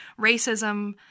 racism